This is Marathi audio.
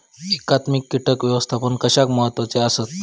एकात्मिक कीटक व्यवस्थापन कशाक महत्वाचे आसत?